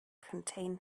contain